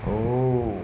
oh